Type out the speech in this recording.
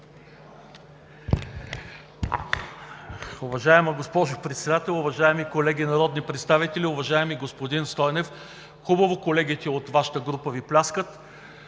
Благодаря